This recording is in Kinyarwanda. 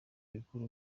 bikuru